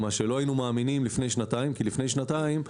מה שלא היינו מאמינים לפני שנתיים כי לפני שנתיים,